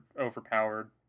overpowered